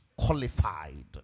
qualified